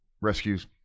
Rescues